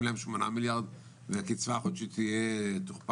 להם שמונה מיליארד והקצבה החודשית תוכפל?